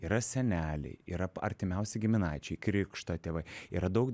yra seneliai yra artimiausi giminaičiai krikšto tėvai yra daug